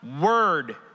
word